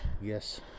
yes